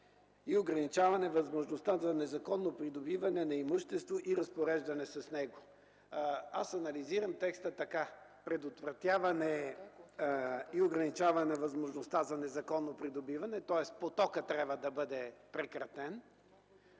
и ограничаване възможността за незаконно придобиване на имущество и разпореждане с него”. Аз анализирам текстът така: „Предотвратяване и ограничаване възможността за незаконно придобиване”, тоест потокът на придобиване,